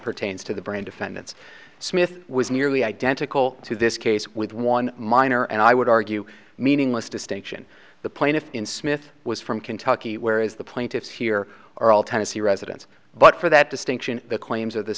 pertains to the brain defendant's smith was nearly identical to this case with one minor and i would argue meaningless distinction the plaintiff in smith was from kentucky where is the plaintiffs here are all tennessee residents but for that distinction the claims are the